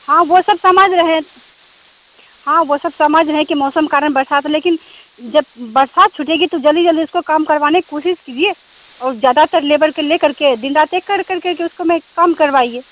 हाँ वो सब समझ रहे हैं हाँ वो सब समझ रहे हैं कि मौसम कारण बरसात है लेकिन जब बरसात छूटेगी तो जल्दी जल्दी इसको काम करवाने की कोशिश कीजिए और ज्यादातर लेबर के ले करके दिन रात एक कर कर के उसको में काम करवाइए